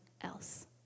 else